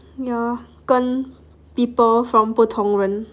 ya 跟 people from 不同人